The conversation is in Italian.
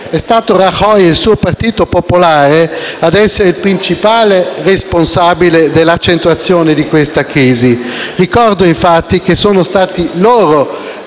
È stato Rajoy e il suo Partito Popolare a essere il principale responsabile dell'accentuazione di questa crisi. Ricordo infatti che sono stati loro